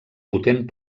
potent